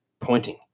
pointing